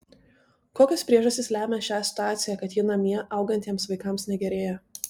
kokios priežastys lemia šią situaciją kad ji namie augantiems vaikams negerėja